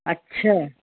अच्छा